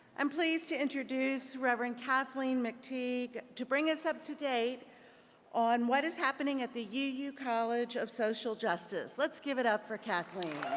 i'm pleased to introduce reverend kathleen mack teague to bring us up-to-date on what is happening at the yeah uu college of social justice. let's give it up for kathleen.